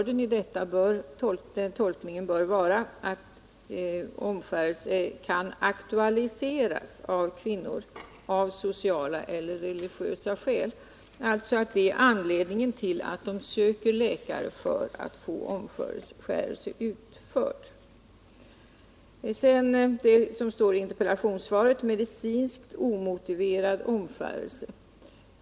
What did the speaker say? Den rätta tolkningen bör vara att omskärelse kan aktualiseras av kvinnor av sociala eller religiösa skäl — alltså att det är av sådana skäl som de söker läkare för att få omskärelse utförd. Sedan till det som står i interpellationssvaret om medicinskt omotiverad omskärelse.